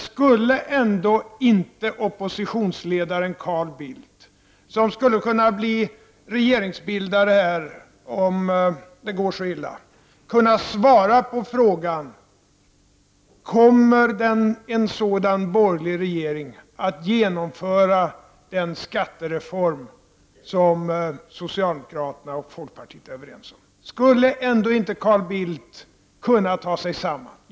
Skulle ändå inte oppositionsledaren Carl Bildt — som skulle kunna bli regeringsbildare, om det går så illa — kunna svara på frågan: Kommer en sådan borgerlig regering att genomföra den skattereform som socialdemokraterna och folkpartiet är överens om? Skulle ändå inte Carl Bildt kunna ta sig samman och svara!